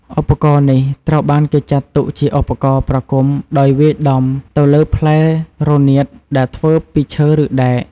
ឧបករណ៍នេះត្រូវបានគេចាត់ទុកជាឧបករណ៍ប្រគំដោយវាយដំទៅលើផ្លែរនាតដែលធ្វើពីឈើឬដែក។